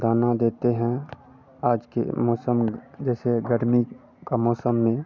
दाना देते हैं आज के मौसम जैसे गर्मी के मौसम में